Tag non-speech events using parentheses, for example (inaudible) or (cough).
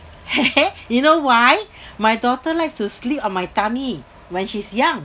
(laughs) you know why my daughter likes to sleep on my tummy when she's young